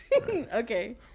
Okay